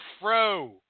fro